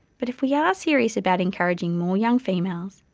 but if we are serious about encouraging more young females,